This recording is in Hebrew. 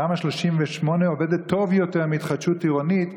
תמ"א 38 עובדת טוב יותר מהתחדשות עירונית,